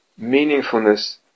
Meaningfulness